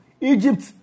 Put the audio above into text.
Egypt